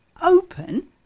open